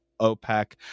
opec